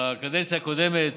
בקדנציה הקודמת